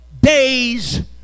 day's